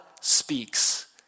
speaks